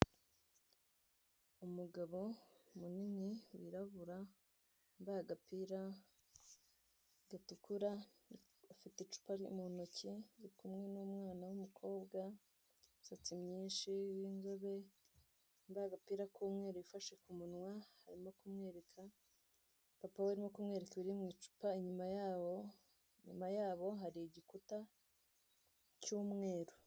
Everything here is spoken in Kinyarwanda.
Umugabo munini w'irabura wambaye agapira gatukura, ufite icupa mu ntoki urikumwe n'umwana w'umukobwa ufite imisatsi myinshi w'inzobe, papa we arikumwereka ibiri mw'icupa inyuma yabo hari igikuta cy'umweru.